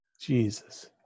Jesus